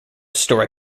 story